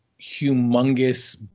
humongous